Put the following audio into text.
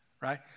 right